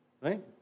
right